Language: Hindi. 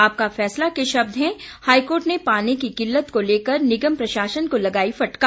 आपका फैसला के शब्द हैं हाईकोर्ट ने पानी की किल्लत को लेकर निगम प्रशासन को लगाई फटकार